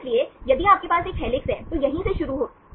इसलिए यदि आपके पास एक हेलिक्स है तो यह यहीं से शुरू होती है